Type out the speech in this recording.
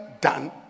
done